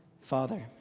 father